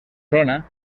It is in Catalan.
zona